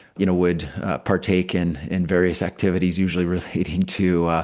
you know, would partake in in various activities, usually with hating to,